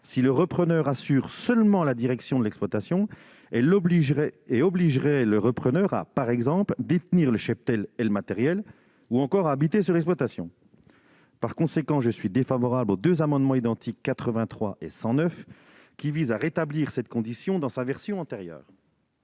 d'un repreneur assurant seulement la direction de l'exploitation. Ainsi, elle obligerait le repreneur à détenir le cheptel et le matériel, ou encore à habiter sur l'exploitation. En conséquence, je suis défavorable aux amendements identiques n 83 rectifié et 109, qui visent à rétablir cette condition dans sa version antérieure.